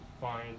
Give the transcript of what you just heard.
find